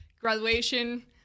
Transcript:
graduation